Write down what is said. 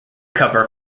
cover